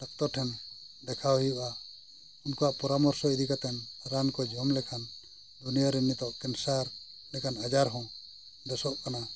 doctor ᱴᱷᱮᱱ ᱫᱮᱠᱷᱟᱣ ᱦᱩᱭᱩᱜᱼᱟ ᱩᱱᱠᱩᱣᱟᱜ ᱯᱚᱨᱟᱯᱚᱨᱥᱚᱢ ᱤᱫᱤ ᱠᱟᱛᱮᱫ ᱨᱟᱱ ᱠᱚ ᱡᱚᱢ ᱞᱮᱠᱷᱟᱱ ᱫᱩᱱᱤᱭᱟᱹ ᱨᱮ ᱱᱤᱛᱳᱜ ᱞᱮᱠᱟᱱ ᱟᱡᱟᱨ ᱦᱚᱸ ᱵᱮᱥᱚᱜ ᱠᱟᱱᱟ